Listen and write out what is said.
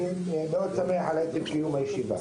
אני מאוד שמח על קיום הישיבה.